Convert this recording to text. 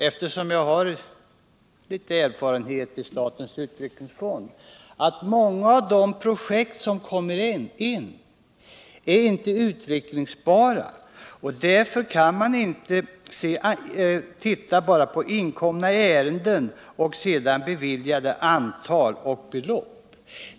Eftersom jag har någon erfarenhet av statens utvecklingsfond vet jag att många av de projekt som kommer in inte är utvecklingsbara. Man kan alltså inte jämföra antalet inkomna ärenden och antalet beviljade anslag.